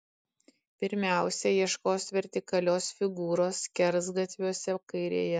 pirmiausia ieškos vertikalios figūros skersgatviuose kairėje